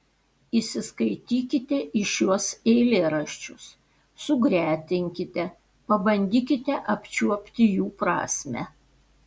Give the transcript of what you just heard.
įsiskaitykite į šiuos eilėraščius sugretinkite pabandykite apčiuopti jų prasmę